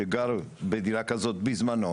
ואופק ההשקעה שלהם פרמננטי ואין להן,